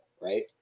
Right